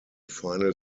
final